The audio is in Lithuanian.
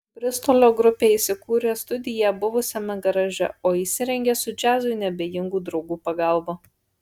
bristolio grupė įsikūrė studiją buvusiame garaže o įsirengė su džiazui neabejingų draugų pagalba